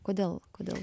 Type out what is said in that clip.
kodėl kodėl